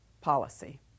policy